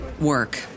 work